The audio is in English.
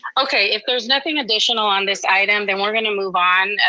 okay, if there's nothing additional on this item, then we're going to move on.